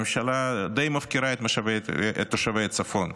הממשלה די מפקירה את תושבי הצפון.